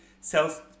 sells